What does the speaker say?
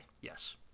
yes